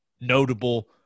notable